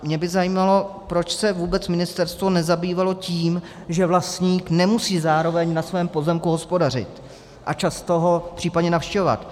Mě by zajímalo, proč se vůbec ministerstvo nezabývalo tím, že vlastník nemusí zároveň na svém pozemku hospodařit a případně ho často navštěvovat.